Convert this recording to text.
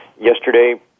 yesterday